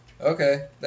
okay